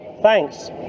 thanks